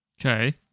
Okay